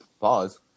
pause